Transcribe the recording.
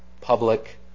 public